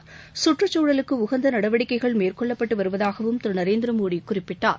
இத்தகைய கற்றுச்சூழலுக்கு உகந்த நடவடிக்கைகள் மேற்கொள்ளப்பட்டு வருவதாகவும் திரு நரேந்திரமோடி குறிப்பிட்டார்